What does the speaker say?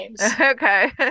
okay